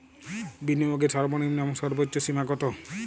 বিনিয়োগের সর্বনিম্ন এবং সর্বোচ্চ সীমা কত?